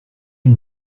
eût